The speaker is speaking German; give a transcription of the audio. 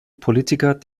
politiker